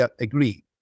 agree